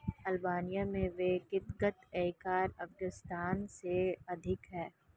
Albania में व्यक्तिगत आयकर अफ़ग़ानिस्तान से अधिक है